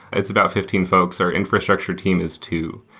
it's about fifteen folks. our infrastructure team is two.